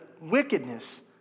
wickedness